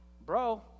bro